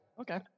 okay